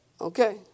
Okay